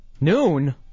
Noon